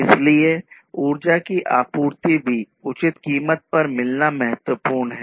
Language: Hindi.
इसलिए ऊर्जा की आपूर्ति भी उचित कीमत पर मिलना महत्वपूर्ण है